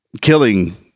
killing